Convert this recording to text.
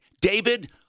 David